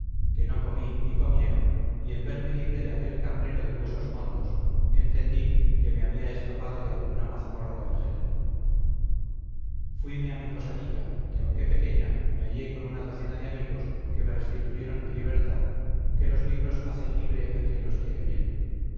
que no comí ni comiera y en verme libre de aquel carnero de huesos mondos entendí que me había escapado de alguna mazmorra de argel fuime a mi posadilla que aunque pequeña me hallé con una docena de amigos que me restituyeron mi libertad que los libros hacen libre a quien los quiere bien